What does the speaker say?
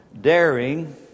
daring